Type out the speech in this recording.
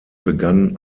begann